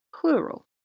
plural